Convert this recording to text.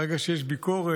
ברגע שיש ביקורת,